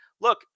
Look